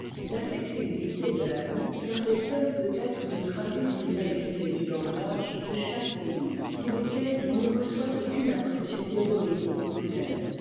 la flexibilité de l'allemand permet seule peut-être de traduire ces naïvetés du langage de chaque pays sans lesquelles on ne reçoit aucune impression des poésies populaires